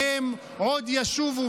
והם עוד ישובו,